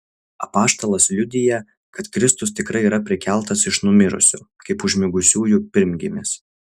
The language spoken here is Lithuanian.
apaštalas liudija kad kristus tikrai yra prikeltas iš numirusių kaip užmigusiųjų pirmgimis